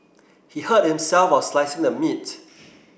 he hurt himself while slicing the meat